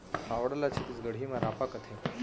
फावड़ा ल छत्तीसगढ़ी म रॉंपा कथें